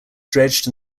dredged